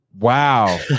Wow